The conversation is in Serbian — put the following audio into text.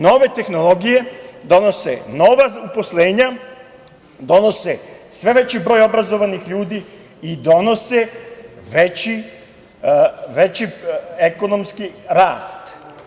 Nove tehnologije donose nova uposlenja, donose sve veći broj obrazovanih ljudi i donose veći ekonomski rast.